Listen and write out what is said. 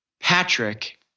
Patrick